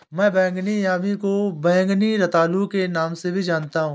मैं बैंगनी यामी को बैंगनी रतालू के नाम से जानता हूं